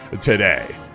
today